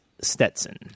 Stetson